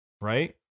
Right